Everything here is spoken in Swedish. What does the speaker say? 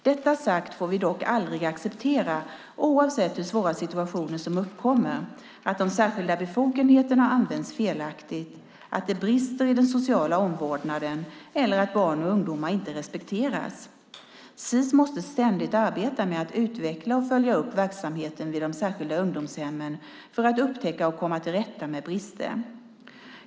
Detta sagt får vi dock aldrig acceptera, oavsett hur svåra situationer som uppkommer, att de särskilda befogenheterna används felaktigt, att det brister i den sociala omvårdnaden eller att barn och ungdomar inte respekteras. Sis måste ständigt arbeta med att utveckla och följa upp verksamheten vid de särskilda ungdomshemmen för att upptäcka och komma till rätta med brister.